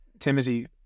timothy